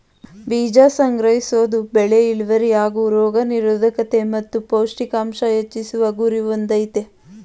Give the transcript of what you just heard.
ಬೀಜ ಸಂಗ್ರಹಿಸೋದು ಬೆಳೆ ಇಳ್ವರಿ ಹಾಗೂ ರೋಗ ನಿರೋದ್ಕತೆ ಮತ್ತು ಪೌಷ್ಟಿಕಾಂಶ ಹೆಚ್ಚಿಸುವ ಗುರಿ ಹೊಂದಯ್ತೆ